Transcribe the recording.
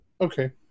Okay